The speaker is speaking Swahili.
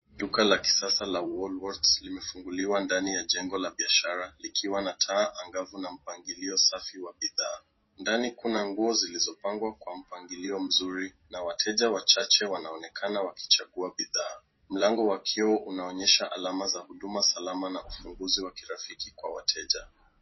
Duka la kisasa la Woolworths imefunguliwa ndani ya jengo la biashara likiwa na taa angavu na mpangilio safi wa bidhaa. Ndani kuna nguo zilizopangwa kwa mpangilio mzuri na wateja wachache wanaonekana wakichangua bidhaa. Mlango wa kioo unaonyesha alama za huduma salama na ufumbuzi wa kirafiki kwa wateja.